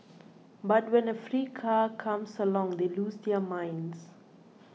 but when a free car comes along they lose their minds